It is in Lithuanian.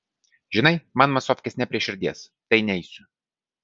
žinai man masofkės ne prie širdies tai neisiu